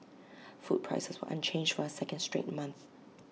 food prices were unchanged for A second straight month